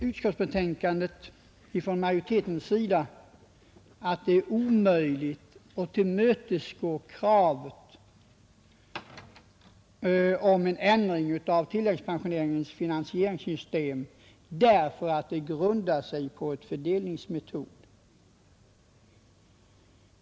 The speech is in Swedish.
Utskottsmajoriteten säger i betänkandet att det är omöjligt att tillmötesgå kravet om en ändring av tilläggspensioneringens finansieringssystem därför att det grundar sig på en fördelningsmetod.